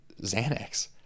Xanax